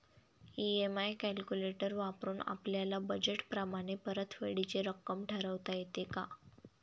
EMI calculator वापरून आपापल्या budget प्रमाणे परतफेडीची रक्कम ठरवता येते का?